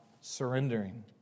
surrendering